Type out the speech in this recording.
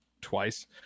twice